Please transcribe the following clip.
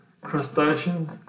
crustaceans